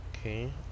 Okay